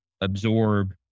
absorb